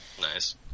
Nice